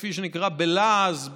כפי שנקרא בלעז,